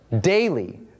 daily